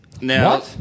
Now